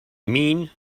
mean